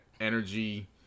energy